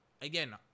again